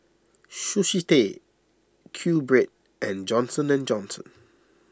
Sushi Tei Qbread and Johnson and Johnson